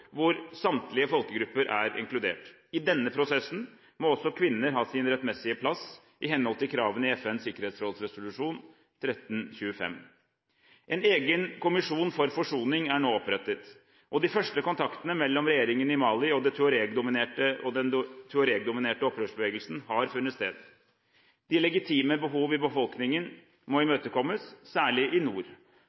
hvor samtlige folkegrupper er inkludert. I denne prosessen må også kvinner ha sin rettmessige plass, i henhold til kravene i FNs sikkerhetsråds resolusjon 1325. En egen kommisjon for forsoning er nå opprettet, og de første kontaktene mellom regjeringen i Mali og den tuareg-dominerte opprørsbevegelsen har funnet sted. De legitime behov i befolkningen må imøtekommes, særlig i nord.